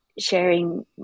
sharing